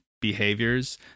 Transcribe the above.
behaviors